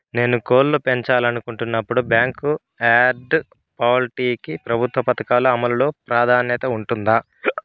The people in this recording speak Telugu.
నేను కోళ్ళు పెంచాలనుకున్నపుడు, బ్యాంకు యార్డ్ పౌల్ట్రీ కి ప్రభుత్వ పథకాల అమలు లో ప్రాధాన్యత ఉంటుందా?